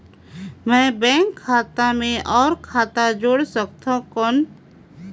मैं बैंक खाता मे और खाता जोड़ सकथव कौन?